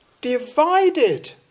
divided